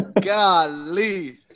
Golly